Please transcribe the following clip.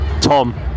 tom